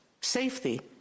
safety